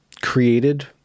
created